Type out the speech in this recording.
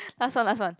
last one last one